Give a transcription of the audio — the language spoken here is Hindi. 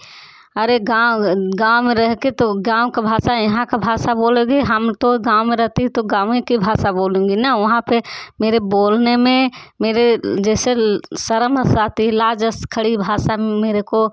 अरे गाँव गाँव में रह कर तो गाँव का भाषा यहाँ का भाषा बोल रही हम तो गाँव में रहती है तो गाँवे के भाषा बोलूँगी ना वहा पर मेरे बोलने में मेरे जैसे शर्म हसाती लाज अस खाड़ी भाषा मेरे को